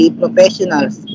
professionals